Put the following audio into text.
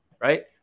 right